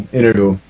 interview